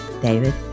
David